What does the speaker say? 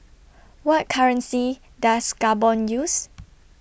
What currency Does Gabon use